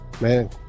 man